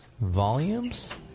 volumes